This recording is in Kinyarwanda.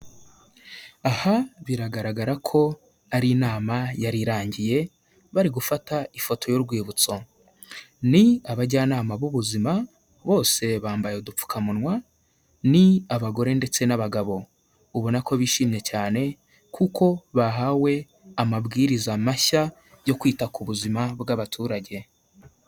Aha biragaragara ko ari inama yari irangiye bari gufata ifoto y'urwibutso. Ni abajyanama b'ubuzima bose bambaye udupfukamunwa, ni abagore ndetse n'abagabo, ubona ko bishimye cyane kuko bahawe amabwiriza mashya yo kwita ku buzima bw'abaturage.